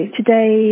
today